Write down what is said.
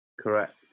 Correct